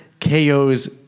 KOs